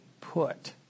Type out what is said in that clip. put